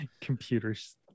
Computers